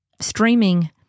streaming